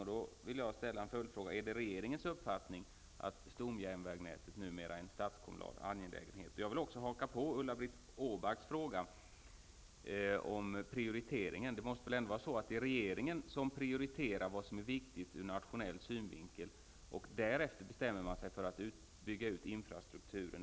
Jag vill därför ställa en följdfråga: Är det regeringens uppfattning att stomjärnvägnätet numera är en staskommunal angelägenhet? Jag vill också haka på Ulla-Britt Åbarks fråga om prioriteringen. Det måste väl ändå vara så att det är regeringen som prioriterar vad som är viktigt ur nationell synvinkel och att man därefter bestämmer sig för att bygga ut infrastrukturen?